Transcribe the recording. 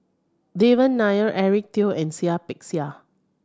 Devan Nair Eric Teo and Seah Peck Seah